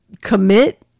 commit